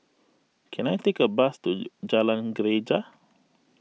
can I take a bus to Jalan Greja